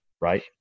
right